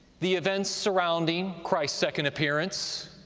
the events surrounding christ's second appearance,